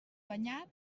banyat